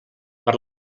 per